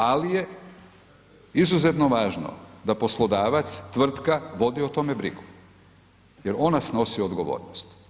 Ali je izuzetno važno da poslodavac, tvrtka, vodi o tome brigu jer ona snosi odgovornost.